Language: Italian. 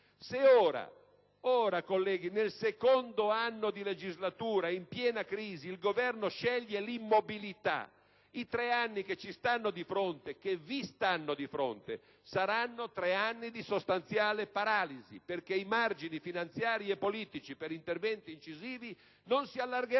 Se ora, colleghi, nel secondo anno di legislatura, in piena crisi, il Governo sceglie l'immobilità, i tre anni che ci stanno e che vi stanno di fronte saranno tre anni di sostanziale paralisi, perché i margini finanziari e politici per interventi incisivi non si allargheranno